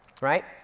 right